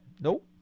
Nope